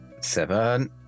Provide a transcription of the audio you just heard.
seven